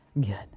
Good